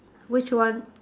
which one